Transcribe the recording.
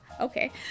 Okay